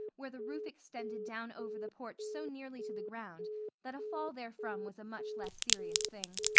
where the roof extended down over the porch so nearly to the ground that a fall therefrom was a much less serious thing.